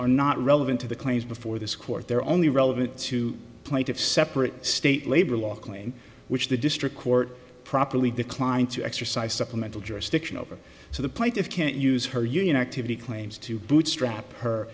are not relevant to the claims before this court they're only relevant to plaintiff's separate state labor law claim which the district court properly declined to exercise supplemental jurisdiction over so the plight of can't use her union activity claims to bootstrap her